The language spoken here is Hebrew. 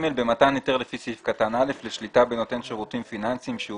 במתן היתר לפי סעיף קטן (א) לשליטה בנותן שירותים פיננסיים שהוא